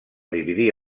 dividir